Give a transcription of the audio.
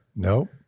Nope